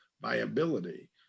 viability